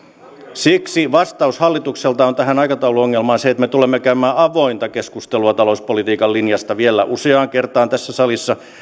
siksi vastaus hallitukselta on tähän aikatauluongelmaan se että me tulemme käymään avointa keskustelua talouspolitiikan linjasta vielä useaan kertaan tässä salissa